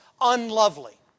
unlovely